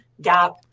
gap